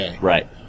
Right